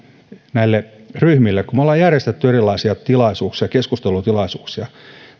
näille ryhmille kun me olemme järjestäneet erilaisia keskustelutilaisuuksia